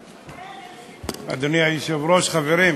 אדוני היושב-ראש, חברים,